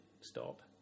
stop